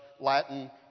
Latin